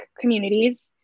communities